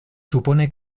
supone